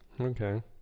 Okay